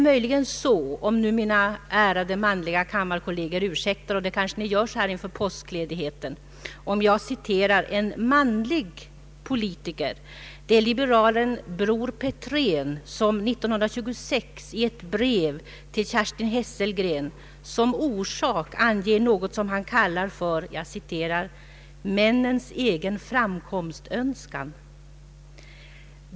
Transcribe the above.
Mina ärade manliga kammarkolleger kanske ursäktar — och det gör ni väl så här inför påskledigheten — att jag citerar en manlig politiker nämligen liberalen Bror Petrén, som i ett brev till Kerstin Hesselgren år 1936 som orsak anger något som han kallar för ”männens egen framkomstönskan”. är förhållandet möjligen detsamma nu?